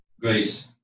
grace